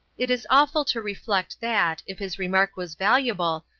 it is awful to reflect that, if his remark was valuable,